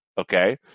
Okay